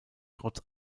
trotz